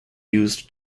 used